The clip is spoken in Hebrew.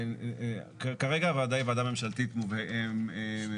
כרגע הוועדה היא ועדה ממשלתית טהורה.